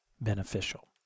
beneficial